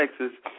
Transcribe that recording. Texas